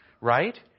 right